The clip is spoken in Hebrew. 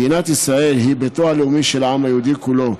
מדינת ישראל היא ביתו הלאומי של העם היהודי כולו,